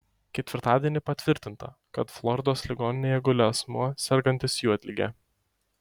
ketvirtadienį patvirtinta kad floridos ligoninėje guli asmuo sergantis juodlige